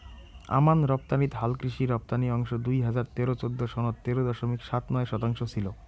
আমান রপ্তানিত হালকৃষি রপ্তানি অংশ দুই হাজার তেরো চৌদ্দ সনত তেরো দশমিক সাত নয় শতাংশ ছিল